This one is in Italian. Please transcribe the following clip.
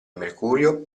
mercurio